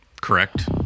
Correct